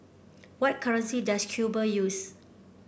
what currency does Cuba use